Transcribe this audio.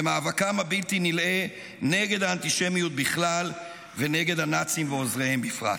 במאבקם הבלתי-נלאה נגד האנטישמיות בכלל ונגד הנאצים ועוזריהם בפרט.